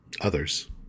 Others